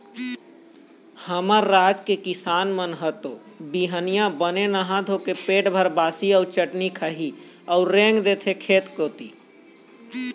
हमर राज के किसान मन ह तो बिहनिया बने नहा धोके पेट भर बासी अउ चटनी खाही अउ रेंग देथे खेत कोती